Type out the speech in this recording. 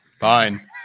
fine